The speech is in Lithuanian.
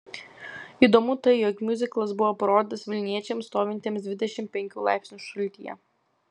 įdomu tai jog miuziklas buvo parodytas vilniečiams stovintiems dvidešimt penkių laipsnių šaltyje